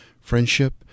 friendship